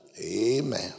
Amen